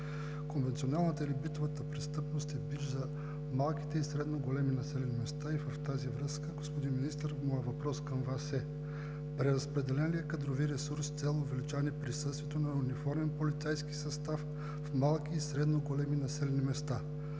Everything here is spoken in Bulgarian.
Конвенционалната или битовата престъпност е бич за малките и средно големи населени места и в тази връзка, господин Министър, моят въпрос към Вас е: преразпределен ли е кадрови ресурс с цел увеличаване присъствието на униформен полицейски състав в малки и средно големи населени места?